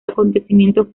acontecimientos